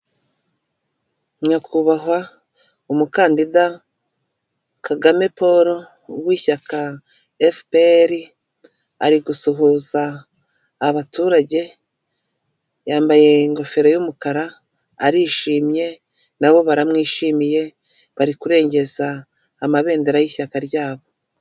Nyakubahwa umukandida Kagame Paul w'ishyaka FPR, ari gusuhuza abaturage yambaye ingofero y'umukara, arishimye nabo baramwishimiye, bari kurengeza amabendera y'ishyaka ryabo.